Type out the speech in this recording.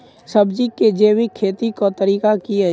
सब्जी केँ जैविक खेती कऽ तरीका की अछि?